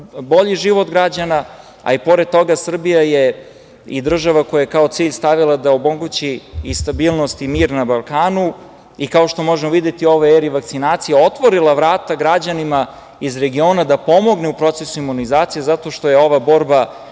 bolji život građana. Pored toga, Srbija je i država koja je kao cilj stavila da omogući i stabilnost i mir na Balkanu i, kao što možemo videti, u ovoj eri vakcinacije otvorila vrata građanima iz regiona da pomogne u procesu imunizacije zato što je ova borba